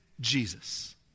Jesus